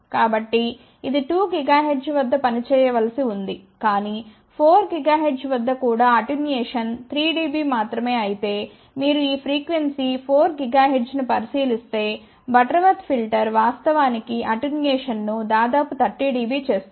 కాబట్టి ఇది 2 గిగాహెర్ట్జ్ వద్ద పనిచేయవలసి ఉంది కానీ 4 గిగాహెర్ట్జ్ వద్ద కూడా అటెన్యుయేషన్ 3 డిబి మాత్రమే అయితే మీరు ఈ ఫ్రీక్వెన్సీ 4 గిగాహెర్ట్జ్ ను పరిశీలిస్తే బటర్వర్త్ ఫిల్టర్ వాస్తవానికి అటెన్యుయేషన్ను దాదాపు 30 డిబి చేస్తుంది